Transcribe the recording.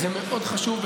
וזה מאוד חשוב,